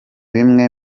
bimwe